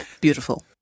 Beautiful